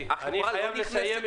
אני חייב לקיים,